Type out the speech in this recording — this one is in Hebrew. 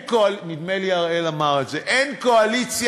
נדמה לי שאראל אמר את זה: אין קואליציה